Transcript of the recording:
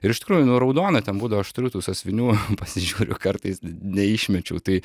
ir iš tikrųjų nu raudona ten būdavo aš turiu tų sąsiuvinių pasižiūriu kartais neišmečiau tai